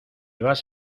vas